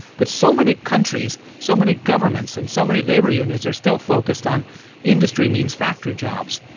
but so many countries, so many governments and so many labour unions are still focused on industry means factory jobs,